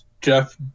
Jeff